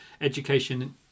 education